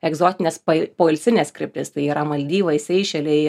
egzotines pa poilsines kryptis tai yra maldyvai seišeliai